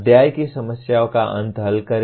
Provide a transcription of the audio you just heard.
अध्याय की समस्याओं का अंत हल करें